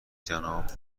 جناب